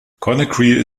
conakry